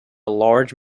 large